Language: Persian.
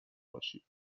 باشی